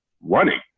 running